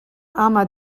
ama